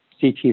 CT